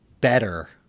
better